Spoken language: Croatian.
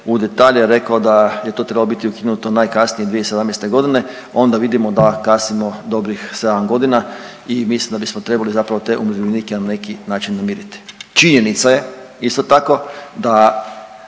u detalje rekao da je to trebalo biti ukinuto najkasnije 2017., onda vidimo da kasnimo dobrih 7 godina i mislim da bismo trebali zapravo te umirovljenike na neki način namiriti. Činjenica je isto tako da